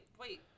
wait